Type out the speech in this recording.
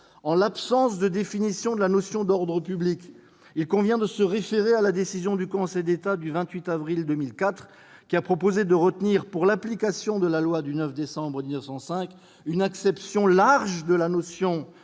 En l'absence de définition de la notion d'ordre public, il convient de se référer à la décision du Conseil d'État du 28 avril 2004, qui a proposé de retenir, pour l'application de la loi du 9 décembre 1905, une acception large de la notion